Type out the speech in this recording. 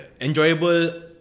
enjoyable